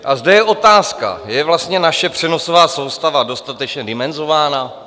A zde je otázka: Je vlastně naše přenosová soustava dostatečně dimenzována?